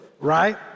right